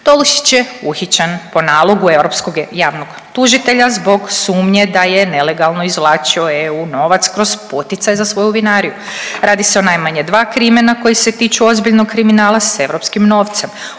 Tolušić je uhićen po nalogu Europskog javnog tužitelja zbog sumnje da je nelegalno izvlačio eu novac kroz poticaj za svoju vinariju. Radi se o najmanje dva krimena koja se tiču ozbiljnog kriminala s europskim novcem.